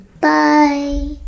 Bye